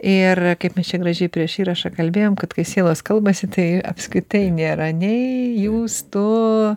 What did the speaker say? ir kaip mes čia gražiai prieš įrašą kalbėjom kad kai sielos kalbasi tai apskritai nėra nei jūs tu